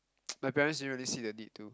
my parents didn't really see the need to